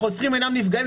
החוסכים אינם נפגעים,